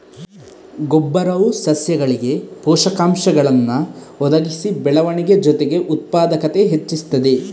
ಗೊಬ್ಬರವು ಸಸ್ಯಗಳಿಗೆ ಪೋಷಕಾಂಶಗಳನ್ನ ಒದಗಿಸಿ ಬೆಳವಣಿಗೆ ಜೊತೆಗೆ ಉತ್ಪಾದಕತೆ ಹೆಚ್ಚಿಸ್ತದೆ